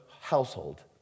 household